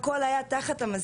אם את תתקעי עם האוטו